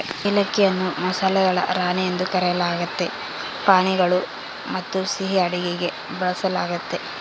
ಏಲಕ್ಕಿಯನ್ನು ಮಸಾಲೆಗಳ ರಾಣಿ ಎಂದು ಕರೆಯಲಾಗ್ತತೆ ಪಾನೀಯಗಳು ಮತ್ತುಸಿಹಿ ಅಡುಗೆಗೆ ಬಳಸಲಾಗ್ತತೆ